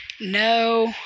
no